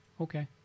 Okay